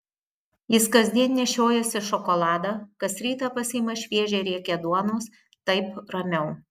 jis kasdien nešiojasi šokoladą kas rytą pasiima šviežią riekę duonos taip ramiau